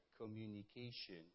communication